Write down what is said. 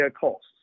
costs